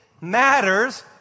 matters